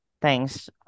Thanks